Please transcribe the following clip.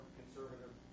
conservative